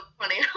funny